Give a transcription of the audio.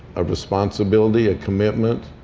a responsibility, a commitment,